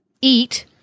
eat